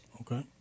okay